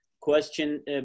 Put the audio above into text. question